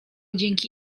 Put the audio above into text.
dzięki